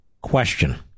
question